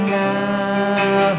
now